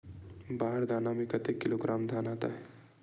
बार दाना में कतेक किलोग्राम धान आता हे?